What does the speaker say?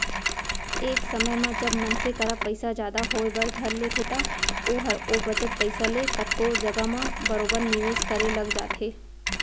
एक समे म जब मनसे करा पइसा जादा होय बर धर लेथे त ओहर ओ बचत पइसा ले कतको जघा म बरोबर निवेस करे लग जाथे